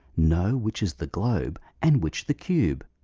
know which is the globe, and which the cube?